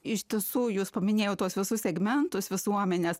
iš tiesų jūs paminėjau tuos visus segmentus visuomenės